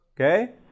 Okay